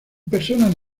personas